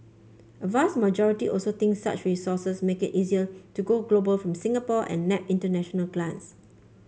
a vast majority also think such resources make it easier to go global from Singapore and nab international clients